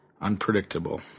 unpredictable